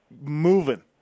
moving